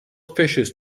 fishes